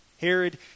Herod